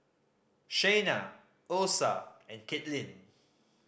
Shayna Osa and Kaitlyn